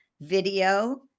video